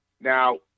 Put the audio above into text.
Now